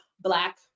Black